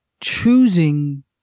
choosing